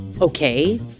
Okay